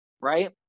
right